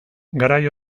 garai